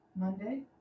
Monday